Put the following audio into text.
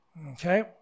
Okay